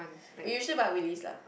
we usually buy Willy's lah